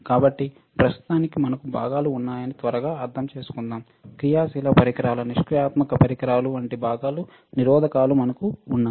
కాబట్టి ప్రస్తుతానికి మనకు భాగాలు ఉన్నాయని త్వరగా అర్థం చేసుకుందాం క్రియాశీల పరికరాల నిష్క్రియాత్మక పరికరాలు వంటి భాగాలు నిరోధకాలు మనకు ఉన్నాయి